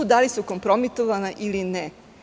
Da li su kompromitovane ili ne?